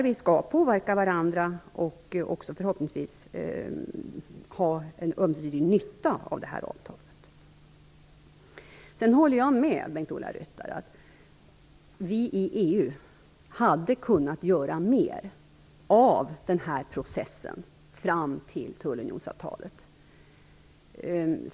Vi skall påverka varandra, och vi kommer förhoppningsvis att ha ömsesidig nytta av avtalet. Sedan håller jag med Bengt-Ola Ryttar om att vi i EU hade kunnat göra mer av processen fram till tullunionsavtalet.